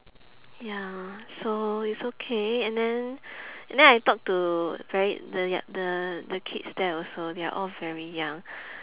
ya so it's okay and then and then I talk to very the you~ the the kids there also they are all very young